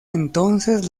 entonces